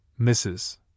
Mrs